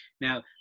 now